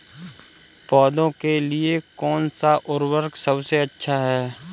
पौधों के लिए कौन सा उर्वरक सबसे अच्छा है?